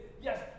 yes